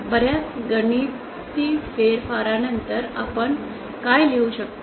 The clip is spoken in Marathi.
बर्याच गणिती फेरफारानंतर आपण काय लिहू शकतो